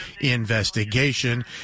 investigation